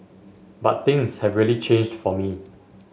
but things have really changed for me